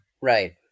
Right